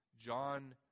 John